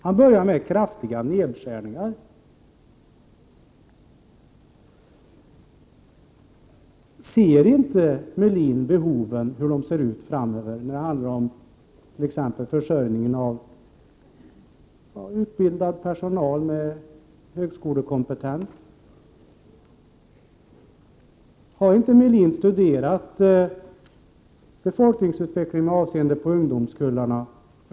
Han börjar med kraftiga nedskärningar. Ser inte Ulf Melin de framtida behoven när det t.ex. rör sig om tillgången på personal med högskolekompetens? Har inte Ulf Melin studerat befolkningsutvecklingen med avseende på ungdomskullarna?